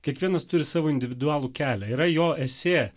kiekvienas turi savo individualų kelią yra jo esė